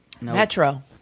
Metro